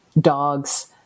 dogs